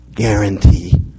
Guarantee